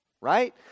Right